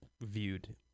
viewed